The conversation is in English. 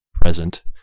present